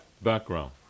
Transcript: background